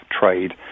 trade